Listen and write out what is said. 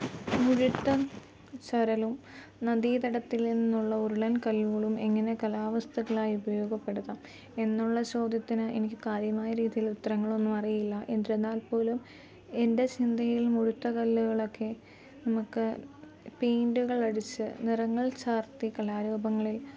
മുഴുത്ത ചരലും നദീതടത്തിൽ നിന്നുള്ള ഉരുളൻ കല്ലുകളും എങ്ങനെ കാലാവസ്തുക്കളായി ഉപയോഗപെടുത്താം എന്നുള്ള ചോദ്യത്തിന് എനിക്ക് കാര്യമായ രീതിയിൽ ഉത്തരങ്ങളൊന്നും അറിയില്ല എന്നിരുന്നാൽ പോലും എന്റെ ചിന്തയിൽ മുഴുത്ത കല്ലുകളൊക്കെ നമുക്ക് പെയിൻറുകൾ അടിച്ച് നിറങ്ങൾ ചാർത്തി കലാരൂപങ്ങളെ